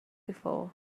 before